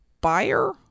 buyer